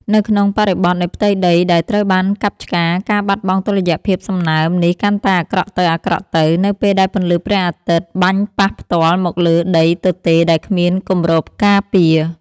នៅក្នុងបរិបទនៃផ្ទៃដីដែលត្រូវបានកាប់ឆ្ការ ការបាត់បង់តុល្យភាពសំណើមនេះកាន់តែអាក្រក់ទៅៗ នៅពេលដែលពន្លឺព្រះអាទិត្យបាញ់ប៉ះផ្ទាល់មកលើដីទទេរដែលគ្មានគម្របការពារ។